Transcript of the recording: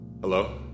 Hello